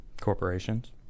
Corporations